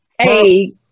Hey